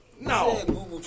No